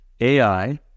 AI